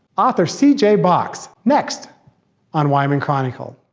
author c j. box, next on wyoming chronicle.